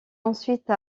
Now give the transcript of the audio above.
ensuite